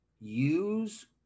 use